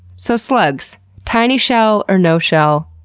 so, slugs tiny shell or no shell,